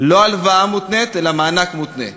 לא הלוואה מותנית אלא מענק מותנה.